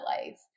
life